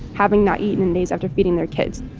having not eaten in days after feeding their kids.